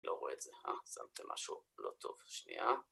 לא רואה את זה, אה? שמתם משהו לא טוב, שנייה.